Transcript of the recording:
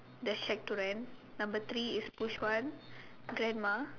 let's check right number three is push one grandma